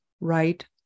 right